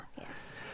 yes